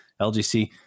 lgc